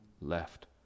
left